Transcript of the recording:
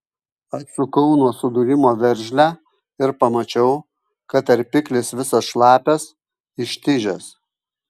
atsukau nuo sudūrimo veržlę ir pamačiau kad tarpiklis visas šlapias ištižęs